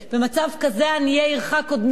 במצב כזה עניי עירך קודמים.